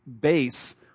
Base